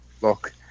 look